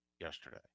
yesterday